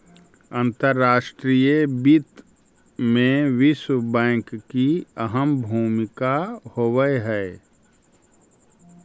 अंतर्राष्ट्रीय वित्त में विश्व बैंक की अहम भूमिका होवअ हई